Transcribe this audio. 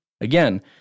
Again